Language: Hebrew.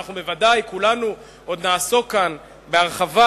ואנחנו ודאי, כולנו, עוד נעסוק כאן בהרחבה